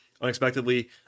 unexpectedly